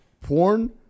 porn